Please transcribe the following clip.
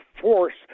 force